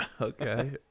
Okay